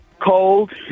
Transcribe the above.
cold